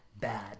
bad